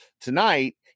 Tonight